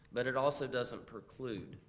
but it also doesn't preclude.